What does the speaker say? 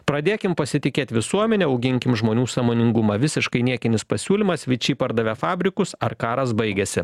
pradėkim pasitikėt visuomene auginkim žmonių sąmoningumą visiškai niekinis pasiūlymas viči pardavė fabrikus ar karas baigiasi